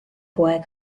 poeg